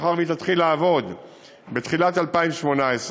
מאחר שהיא תתחיל לעבוד בתחילת 2018,